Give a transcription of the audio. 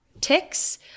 ticks